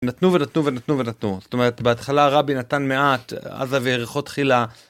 נתנו ונתנו ונתנו ונתנו, זאת אומרת בהתחלה רבי נתן מעט עזה ויריחו תחילה.